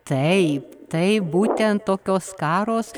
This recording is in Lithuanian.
taip taip būtent tokios skaros